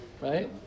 Right